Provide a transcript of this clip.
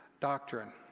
doctrine